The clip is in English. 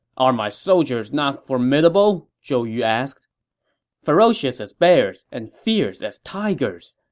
are my soldiers not formidable? zhou yu asked ferocious as bears, and fierce as tigers,